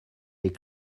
les